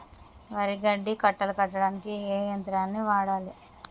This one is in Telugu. వరి గడ్డి కట్టలు కట్టడానికి ఏ యంత్రాన్ని వాడాలే?